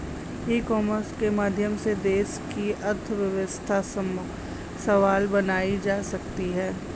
ई commerce के माध्यम से देश की अर्थव्यवस्था सबल बनाई जा सकती है